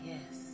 Yes